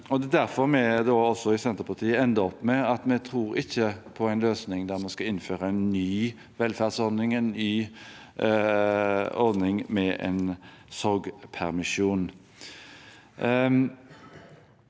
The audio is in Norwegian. Derfor har vi i Senterpartiet også endt opp med at vi ikke tror på en løsning der man skal innføre en ny velferdsordning, en ny ordning med en sorgpermisjon.